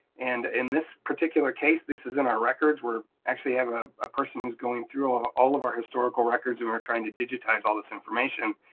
and in this particular case, this is in our records. we're actually having a ah person who's going through all of our historical records and we're trying to digitize all this information.